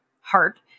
heart